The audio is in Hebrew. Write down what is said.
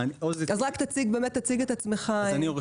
אני עורך דין,